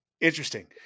Interesting